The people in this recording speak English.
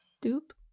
Dupe